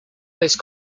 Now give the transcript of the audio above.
most